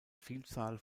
vielzahl